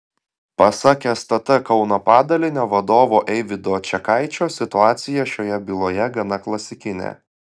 pasak stt kauno padalinio vadovo eivydo čekaičio situacija šioje byloje gana klasikinė